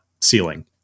ceiling